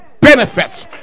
benefits